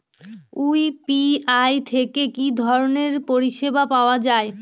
UPI থেকে কি ধরণের পরিষেবা পাওয়া য়ায়?